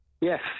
Yes